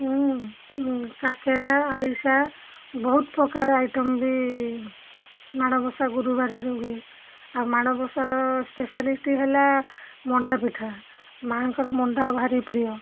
ମୁଁ କାକେରା ଆରିସା ବହୁତ ପ୍ରକାର ଆଇଟମ୍ ବି ମାଣବସା ଗୁରୁବାରରେ ହୁଏ ଆଉ ମାଣବସାର ସ୍ପେଶାଲିଷ୍ଟ ହେଲା ମଣ୍ଡା ପିଠା ମା'ଙ୍କର ମଣ୍ଡା ଭାରି ପ୍ରିୟ